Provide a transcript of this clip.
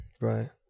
Right